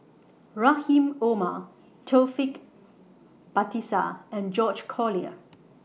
Rahim Omar Taufik Batisah and George Collyer